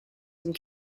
some